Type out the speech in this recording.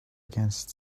against